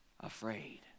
afraid